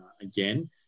again